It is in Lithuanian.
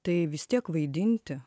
tai vis tiek vaidinti